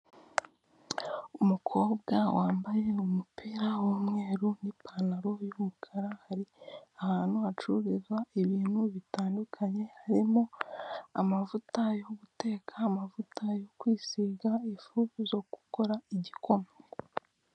Umukobwa wambaye umupira w'umweru n'ipantaro y'umukara, ari ahantu hacuruzwa ibintu bitandukanye, harimo amavuta yo guteka, amavuta yo kwisiga, ifu zo gukora igikoma.